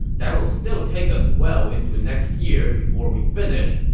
that'll still take us well into next year before we finish,